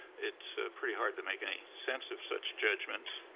it's pretty hard to make any sense of such judgments.